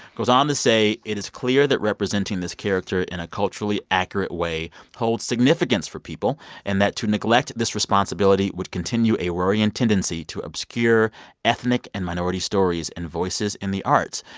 goes on to say it is clear that representing this character in a culturally accurate way holds significance for people and that to neglect this responsibility would continue a worrying tendency to obscure ethnic and minority stories and voices in the arts.